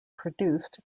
produced